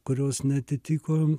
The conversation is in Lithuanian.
kurios neatitiko